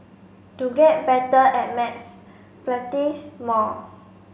to get better at maths practise more